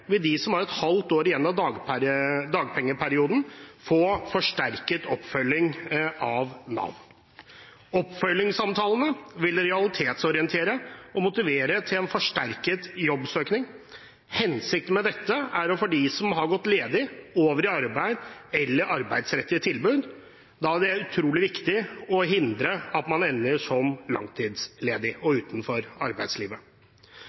vil de som har et halvt år igjen av dagpengeperioden, få forsterket oppfølging av Nav. Oppfølgingssamtalene vil realitetsorientere og motivere til en forsterket jobbsøking. Hensikten med dette er å få de som har gått ledige, over i arbeid eller arbeidsrettede tilbud, da det er utrolig viktig å hindre at man ender som langtidsledig og utenfor arbeidslivet.